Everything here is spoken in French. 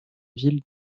ville